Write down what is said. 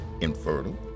infertile